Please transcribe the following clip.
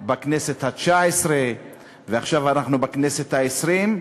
בכנסת התשע-עשרה, ועכשיו אנחנו בכנסת העשרים.